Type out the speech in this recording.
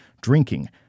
drinking